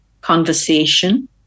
conversation